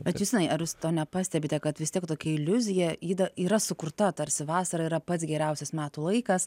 bet justinai ar jūs to nepastebite kad vis tiek tokia iliuzija yda yra sukurta tarsi vasara yra pats geriausias metų laikas